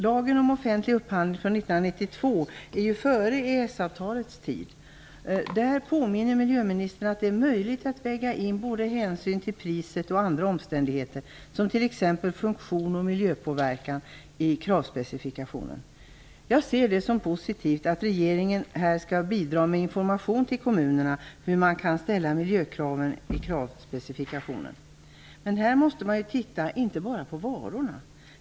Lagen om offentlig upphandling är från 1992 och tillkom således före EES-avtalets tid. Där påminner miljöministern om att det är möjligt att väga in både hänsyn till priset och andra omständigheter som t.ex. funktion och miljöpåverkan i kravspecifikationen. Jag ser det som positivt att regeringen här skall bidra med information till kommunerna om hur man kan ställa miljökraven i kravspecifikationen. Men här kan man inte bara se till varorna.